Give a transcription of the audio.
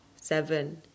seven